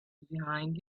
behind